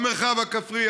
המרחב הכפרי,